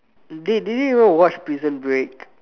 dey did you even watch prison break